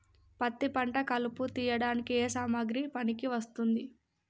పత్తి పంట కలుపు తీయడానికి ఏ సామాగ్రి పనికి వస్తుంది?